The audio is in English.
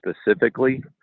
specifically